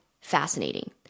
fascinating